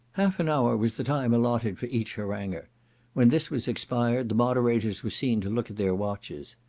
half an hour was the time allotted for each haranguer when this was expired, the moderators were seen to look at their watches.